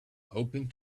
hoping